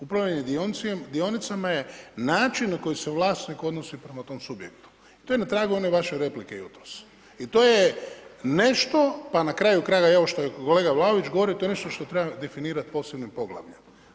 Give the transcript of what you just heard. Upravljanje dionicama je način na koji se vlasnik odnosi prema tom subjektu, to je na tragu one vaše replike jutros i to je nešto pa na kraju krajeva evo što je kolega Vlaović govorio, to je nešto što treba definirati posebnim poglavljem.